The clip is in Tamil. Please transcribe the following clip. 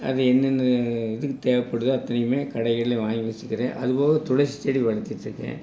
அது என்னென்ன இதுக்கு தேவப்படுதோ அத்தனையுமே கடைகள்லையும் வாங்கி வச்சுக்குறேன் அதுபோக துளசி செடி வளர்த்திட்ருக்கேன்